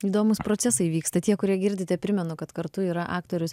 įdomūs procesai vyksta tie kurie girdite primenu kad kartu yra aktorius